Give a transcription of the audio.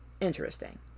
Interesting